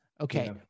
Okay